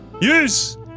Use